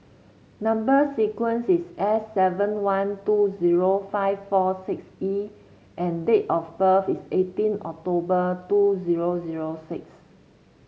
number sequence is S seven one two zero five four six E and date of birth is eighteen October two zero zero six